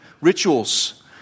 rituals